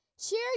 Share